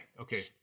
okay